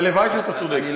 הלוואי שאתה צודק.